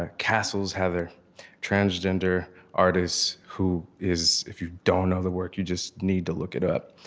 ah cassils, heather transgender artist who is if you don't know the work, you just need to look it up.